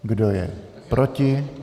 Kdo je proti?